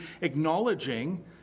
acknowledging